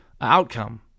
outcome